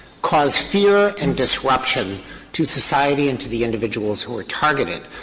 cause fear and disruption to society and to the individuals who are targeted,